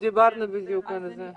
דיברנו בדיוק על זה.